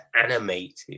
animated